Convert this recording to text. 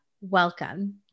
welcome